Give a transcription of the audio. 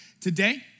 today